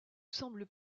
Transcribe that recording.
semblent